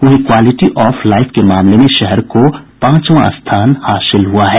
वहीं quality of life के मामले में शहर को पांचवां स्थान हासिल हुआ है